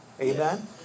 Amen